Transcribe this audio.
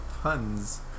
Puns